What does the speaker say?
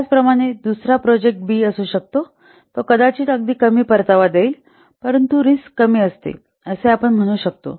त्याचप्रमाणे दुसरा project B असू शकतो तो कदाचित अगदी कमी परतावा देईल परंतु रिस्क कमी असते असे आपण म्हणू शकतो